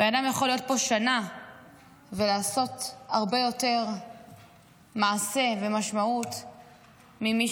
בן אדם יכול להיות פה שנה ולעשות הרבה יותר מעשה ומשמעות ממי